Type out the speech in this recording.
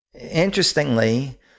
interestingly